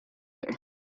her